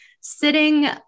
sitting